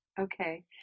Okay